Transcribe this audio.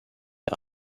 der